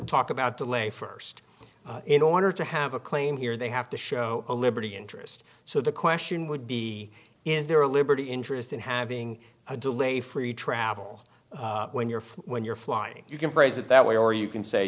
let's talk about de lay first in order to have a claim here they have to show a liberty interest so the question would be is there a liberty interest in having a delay free travel when you're when you're flying you can phrase it that way or you can say